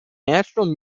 natural